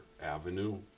avenue